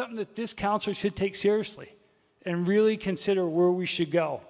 something that this council should take seriously and really consider where we should go